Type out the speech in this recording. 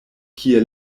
kie